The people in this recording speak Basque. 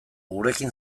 gurekin